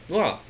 no lah